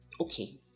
Okay